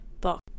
book